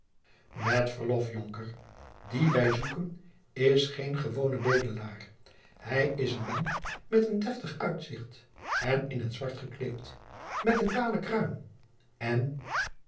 met verlof jonker dien wij zoeken is geen gewone bedelaar hij is een man met een deftig uitzicht en in t zwart gekleed met een kale kruin en